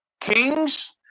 Kings